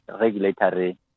regulatory